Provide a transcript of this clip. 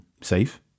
safe